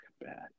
bad